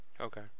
Okay